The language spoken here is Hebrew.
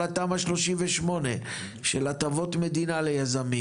כל התמ"א 38 של הטבות מדינה ליזמים